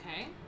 Okay